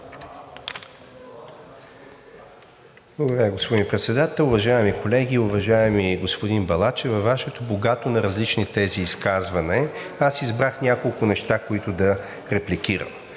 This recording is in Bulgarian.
Благодаря, господин Председател. Уважаеми колеги, уважаеми господин Балачев! Във Вашето богато на различни тези изказване аз избрах няколко неща, които да репликирам.